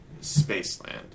Spaceland